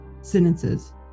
sentences